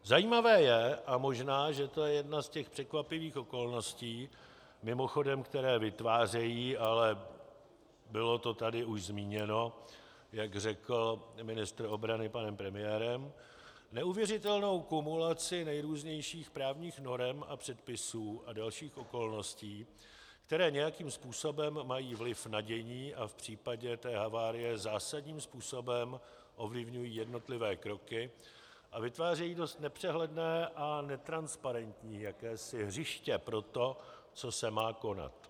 Zajímavé je, a možná, že to je jedna z těch překvapivých okolností, mimochodem které vytvářejí ale bylo to tady už zmíněno, jak řekl ministr obrany, panem premiérem neuvěřitelnou kumulaci nejrůznějších právních norem a předpisů a dalších okolností, které nějakým způsobem mají vliv na dění a v případě té havárie zásadním způsobem ovlivňují jednotlivé kroky a vytvářejí dost nepřehledné a netransparentní jakési hřiště pro to, co se má konat.